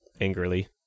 angrily